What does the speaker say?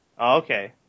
Okay